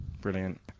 Brilliant